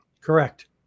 Correct